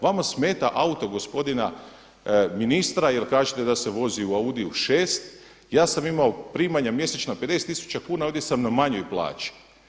Vama smeta auto gospodina ministra, jer kažete da se vozi u Audiu 6. Ja sam imao primanja mjesečna 50000 kuna, ovdje sam na manjoj plaći.